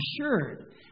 assured